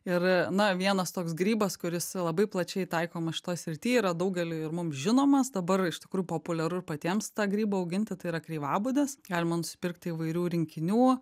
ir na vienas toks grybas kuris labai plačiai taikomas šitoj srity yra daugeliui ir mum žinomas dabar iš tikrųjų populiaru ir patiems tą grybą auginti tai yra kreivabudės galima nusipirkti įvairių rinkinių